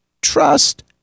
trust